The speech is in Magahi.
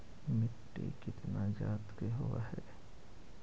मिट्टी कितना जात के होब हय?